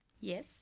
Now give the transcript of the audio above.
Yes